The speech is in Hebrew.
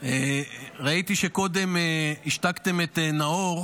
ראיתי שקודם השתקתם את נאור,